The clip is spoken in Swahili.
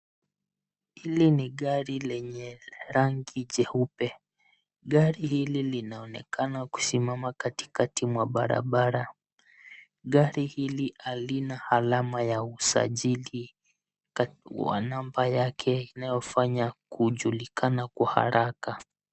Hili ni gari lenye rangi jeupe. Gari hili linaonekana kusimama katikati mwa barabara. Gari hili halina alama ya usajili wa namba yake inayoifanya kujulikana kwa haraka.